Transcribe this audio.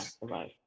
right